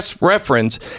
reference